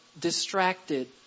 distracted